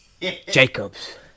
Jacobs